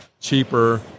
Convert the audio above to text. cheaper